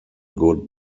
good